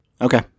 Okay